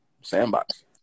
Sandbox